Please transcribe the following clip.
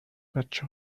بچه